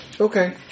Okay